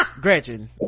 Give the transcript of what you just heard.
gretchen